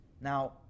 Now